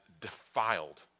defiled